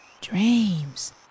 Dreams